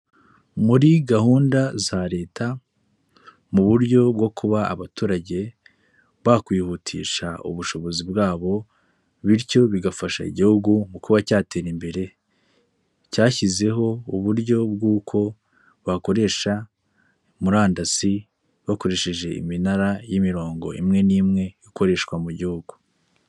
Muri gahunda za leta mu buryo bwo kuba abaturage bakwihutisha ubushobozi bwabo bityo bigafasha igihugu mu kuba cyatera imbere, cyashyizeho uburyo bw'uko bakoresha murandasi bakoresheje iminara y'imirongo imwe n'imwe ikoreshwa mu gihugu.